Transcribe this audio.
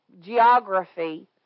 geography